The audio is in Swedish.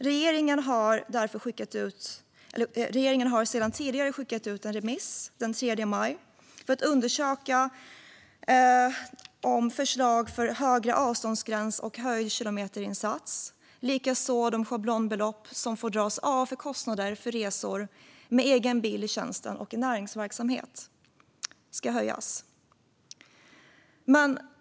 Regeringen skickade därför ut en remiss den 3 maj för att undersöka förslagen om högre avståndsgräns och höjd kilometersats samt om de schablonbelopp som får dras av för kostnader för resor med egen bil i tjänsten och i näringsverksamhet ska höjas.